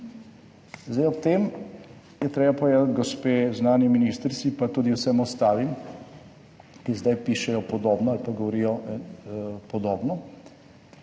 Zdaj ob tem je treba povedati gospe zunanji ministrici, pa tudi vsem ostalim, ki zdaj pišejo podobno ali pa govorijo podobno,